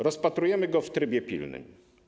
Rozpatrujemy go w trybie pilnym.